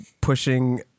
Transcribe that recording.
pushing